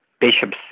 bishops